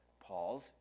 Paul's